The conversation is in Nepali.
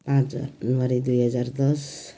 पाँच जनवरी दुई हजार दस